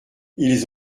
ils